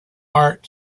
art